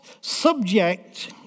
subject